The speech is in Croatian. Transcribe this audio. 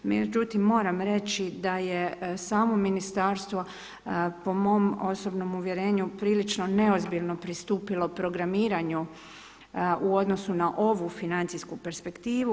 Međutim moram reći da je samo ministarstvo po mom osobnom uvjerenju prilično neozbiljno pristupilo programiranju u odnosu na ovu financijsku perspektivu.